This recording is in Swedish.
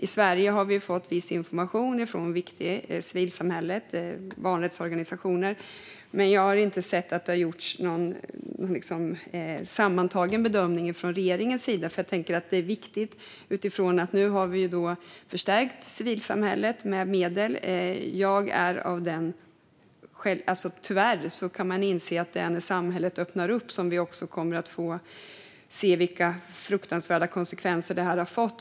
I Sverige har vi fått viss information från civilsamhället, från barnrättsorganisationer, men jag har inte sett att det gjorts någon sammantagen bedömning från regeringens sida. Jag tänker att det är viktigt utifrån att vi nu har förstärkt civilsamhället med medel. Jag är av den uppfattningen att när samhället öppnar upp kommer vi tyvärr att få se vilka fruktansvärda konsekvenser det här har fått.